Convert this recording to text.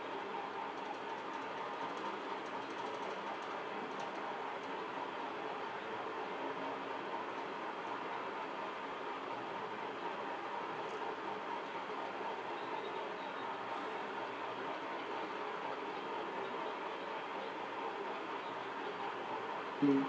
mm